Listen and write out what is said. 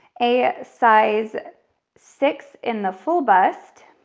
a size six in the full bust,